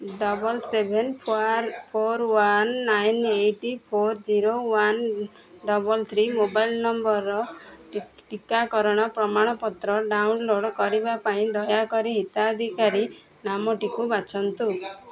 double seven four one nine eight four zero one double three mobile ନମ୍ବର୍ର ଟିକାକରଣ ପ୍ରମାଣପତ୍ର download କରିବା ପାଇଁ ଦୟାକରି ହିତାଧିକାରୀ ନାମଟିକୁ ବାଛନ୍ତୁ